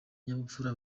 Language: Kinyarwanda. kinyabupfura